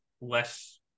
less